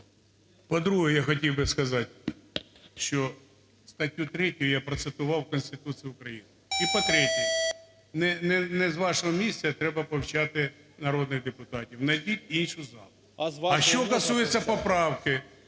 По-друге, я хотів би сказать, що статтю 3 я процитував Конституції України. І по-третє. Не з вашого місця треба повчати народних депутатів, найдіть іншу залу. А що стосується поправки…